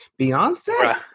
Beyonce